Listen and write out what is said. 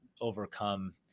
overcome